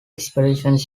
expeditions